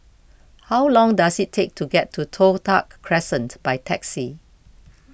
how long does it take to get to Toh Tuck Crescent by taxi